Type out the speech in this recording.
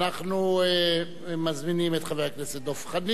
אנחנו מזמינים את חבר הכנסת דב חנין.